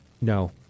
no